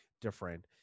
different